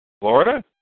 Florida